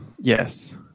Yes